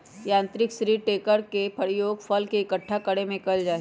यांत्रिक tree shaker के प्रयोग फल के इक्कठा करे में कइल जाहई